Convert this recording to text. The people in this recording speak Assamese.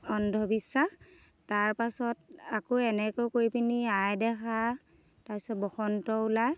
অন্ধবিশ্বাস তাৰপাছত আকৌ এনেকৈ কৰি পিনি আই দেহা তাৰ পিছত বসন্ত ওলায়